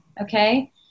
okay